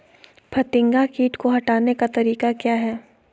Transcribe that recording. फतिंगा किट को हटाने का तरीका क्या है?